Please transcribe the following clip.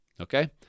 Okay